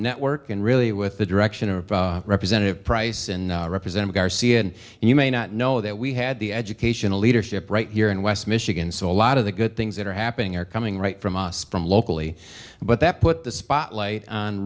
network and really with the direction of representative price and represent garcia and you may not know that we had the educational leadership right here in west michigan so a lot of the good things that are happening are coming right from a spring locally but that put the spotlight on